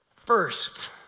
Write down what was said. First